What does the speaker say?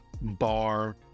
Bar